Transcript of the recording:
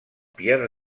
pierre